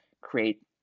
create